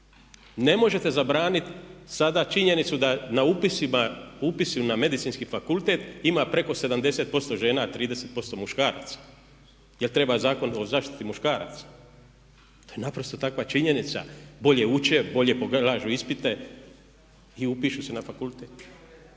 Ne možete zabraniti sada činjenicu da na upisima na Medicinski fakultet ima preko 70% žena a 30% muškaraca. Jel' treba zakon o zaštiti muškaraca? To je naprosto takva činjenica, bolje uče, bolje polažu ispite i upišu se na fakultet.